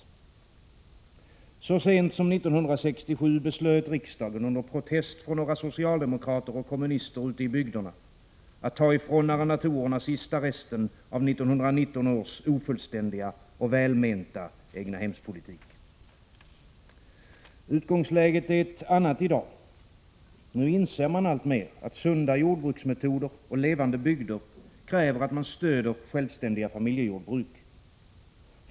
Och så sent som 1967 beslöt riksdagen under protest från några socialdemokrater och kommunister ute i bygderna att ta ifrån arrendatorerna sista resten av 1919 års ofullständiga och välmenta egnahemspolitik. Utgångsläget är ett annat i dag. Nu inser man alltmer att sunda jordbruksmetoder och levande bygder kräver att man stöder självständiga familjejordbruk.